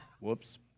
Whoops